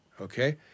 Okay